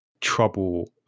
trouble